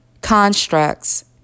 constructs